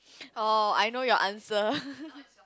oh I know your answer